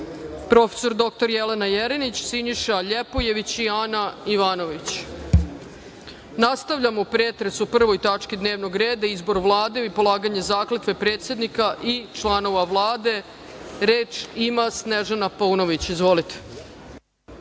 prof. dr Jelena Jerinić, Siniša Ljepojević i Ana Ivanović. Nastavljamo pretres o Prvoj tački dnevnog reda – Izbor Vlade i polaganje zakletve predsednika i članova Vlade. Reč ima Snežana Paunović. Izvolite.